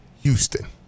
Houston